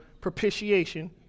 propitiation